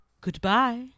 Goodbye